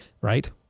right